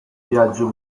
viaggio